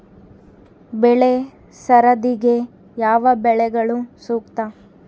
ಬೆಳೆ ಸರದಿಗೆ ಯಾವ ಬೆಳೆಗಳು ಸೂಕ್ತ?